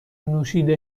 نوشیده